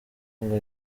ngo